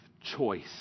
choice